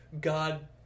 God